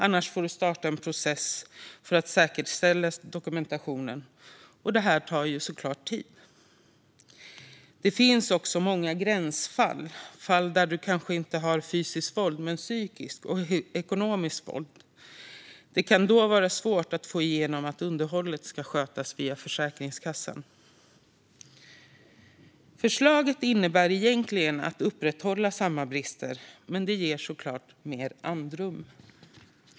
Annars får du starta en process för att säkerställa dokumentationen, och det tar såklart tid. Det finns också många gränsfall, där det kanske inte är fysiskt men psykiskt eller ekonomiskt våld. Det kan då vara svårt att få igenom att underhållet ska skötas via Försäkringskassan. Förslaget innebär egentligen att upprätthålla samma brister, men det ger såklart mer andrum.